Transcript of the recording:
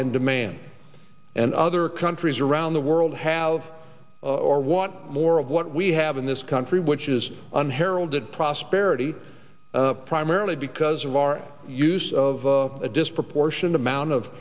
and demand and other countries around the world have or want more of what we have in this country which is unheralded prosperity primarily because of our use of a disproportionate amount of